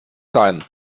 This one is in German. sein